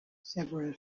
several